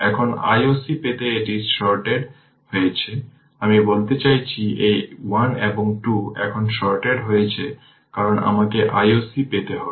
এখন I o c পেতে এটি শর্টেড হয়েছে আমি বলতে চাচ্ছি এই 1 এবং 2 এখন শর্টেড হয়েছে কারণ আমাকে I o c পেতে হবে